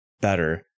better